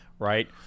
Right